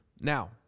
Now